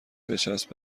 بچسب